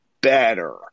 better